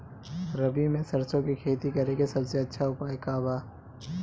रबी में सरसो के खेती करे के सबसे अच्छा उपाय का बा?